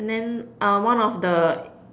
and then uh one of the